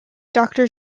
doctor